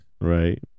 right